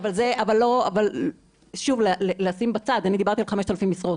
אבל שוב, לשים בצד, אני דיברתי על 5,000 משרות.